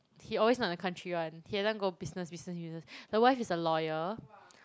he always not in the country [one] he every time go business business business the wife is a lawyer